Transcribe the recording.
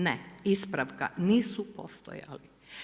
Ne, ispravka, nisu postojali.